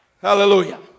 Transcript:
Hallelujah